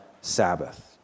Sabbath